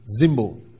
Zimbo